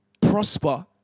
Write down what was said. prosper